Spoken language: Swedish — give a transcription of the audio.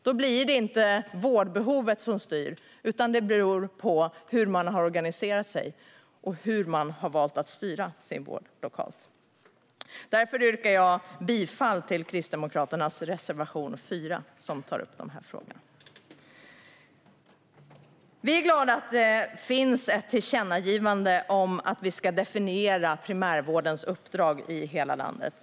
Då är det inte vårdbehovet som styr, utan det beror på hur man har organiserat sig och hur man har valt att styra sin vård lokalt. Därför yrkar jag bifall till Kristdemokraternas reservation 4, som tar upp dessa frågor. Vi är glada att det finns ett tillkännagivande om att vi ska definiera primärvårdens uppdrag i hela landet.